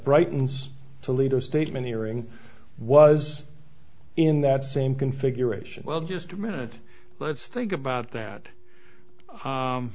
brightens toledo statement hearing was in that same configuration well just a minute let's think about that